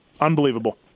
unbelievable